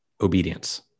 obedience